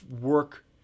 work